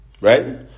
Right